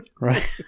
Right